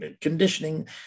conditioning